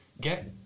get